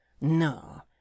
no